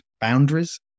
boundaries